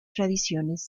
tradiciones